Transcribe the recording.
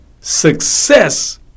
success